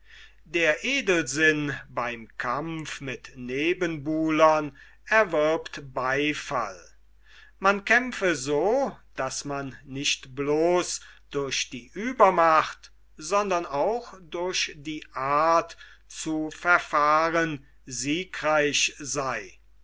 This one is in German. der edelsinn beim kampf mit nebenbulern erwirbt beifall man kämpfe so daß man nicht bloß durch die uebermacht sondern auch durch die art zu verfahren siegreich sei